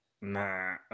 Nah